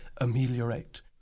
ameliorate